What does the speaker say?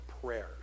prayers